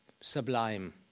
sublime